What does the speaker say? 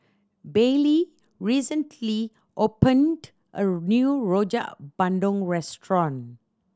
Bailey recently opened a new Rojak Bandung restaurant